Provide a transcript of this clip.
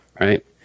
Right